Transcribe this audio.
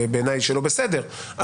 בעיניי שלא בסדר.